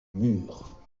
mur